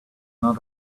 not